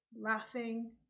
laughing